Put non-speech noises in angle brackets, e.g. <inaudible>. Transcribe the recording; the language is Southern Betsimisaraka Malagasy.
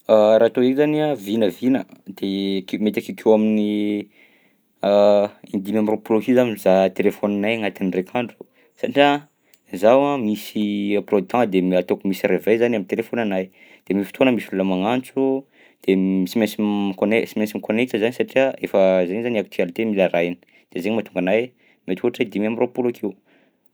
<hesitation> Raha atao eka zany a vinavina de ake- mety akeokeo amin'ny <hesitation> indimy amby roapolo akeo za mizaha telefaoninahy agnatin'ny indraika andro satria zaho a misy emploi du temps de mi- ataoko misy réveil zany am'telefaoninanahy. De misy fotoana misy olona magnantso de <hesitation> sy mainsy mikône- sy mainsy mikônekta za satria efa zaigny zany ny actualités mila arahina, de zaigny mahatonga anahy hoe mety ohatra hoe dimy amby roapolo akeo.